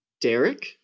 Derek